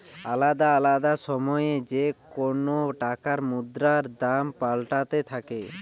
আলদা আলদা সময় যেকোন টাকার মুদ্রার দাম পাল্টাতে থাকে